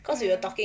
mm